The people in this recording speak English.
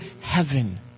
heaven